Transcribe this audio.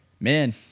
man